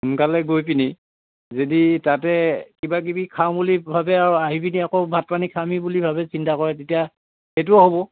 সোনকালে গৈ পিনি যদি তাতে কিবা কিবি খাওঁ বুলি ভাবে আৰু আহি পিনি আকৌ ভাত পানী খামহি বুলি ভাবে চিন্তা কৰে তেতিয়া সেইটোও হ'ব